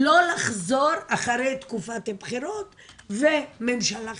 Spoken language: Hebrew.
לא לחזור אחרי תקופת בחירות וממשלה חדשה,